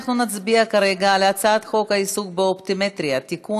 אנחנו נצביע כרגע על הצעת חוק העיסוק באופטומטריה (תיקון,